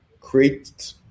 create